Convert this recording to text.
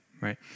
right